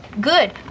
good